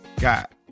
got